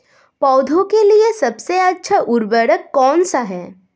पौधों के लिए सबसे अच्छा उर्वरक कौन सा है?